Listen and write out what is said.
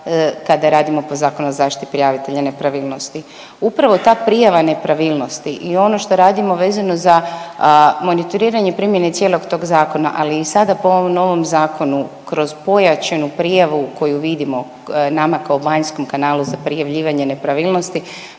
kada radimo po Zakonu o zaštiti prijavitelja nepravilnosti. Upravo ta prijava nepravilnosti i ono što radimo vezano za monitoriranje primjene cijelog tog zakona, ali i sada po ovom novom zakonu kroz pojačanu prijavu koju vidimo nama kao vanjskom kanalu za prijavljivanje nepravilnosti